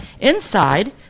Inside